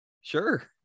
Sure